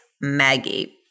Maggie